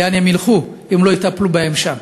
לאן הם ילכו אם לא יטפלו בהם שם.